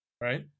Right